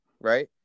right